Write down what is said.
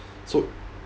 so